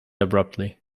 abruptly